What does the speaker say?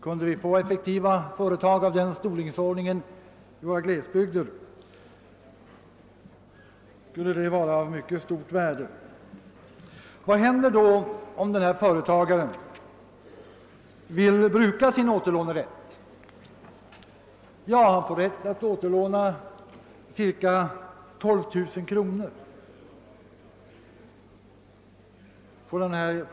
Kunde vi få företag av den storleksordningen i glesbygderna skulle det vara av mycket stort värde. Vad händer då om denne företagare vill använda sin återlånerätt? Jo, han får rätt att återlåna cirka 12 000 kronor.